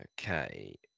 Okay